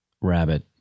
rabbit